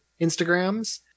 Instagrams